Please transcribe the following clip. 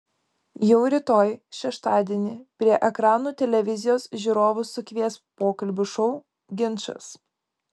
jau rytoj šeštadienį prie ekranų televizijos žiūrovus sukvies pokalbių šou ginčas